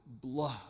blood